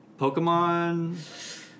Pokemon